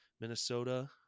Minnesota